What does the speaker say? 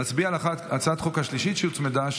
נצביע על הצעת החוק השלישית שהוצמדה,